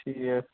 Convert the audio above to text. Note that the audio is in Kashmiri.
ٹھیٖک